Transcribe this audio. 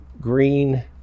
green